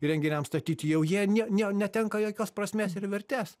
įrenginiams statyt jau jie ne ne netenka jokios prasmės ir vertės